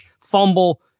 fumble